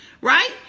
right